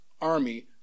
army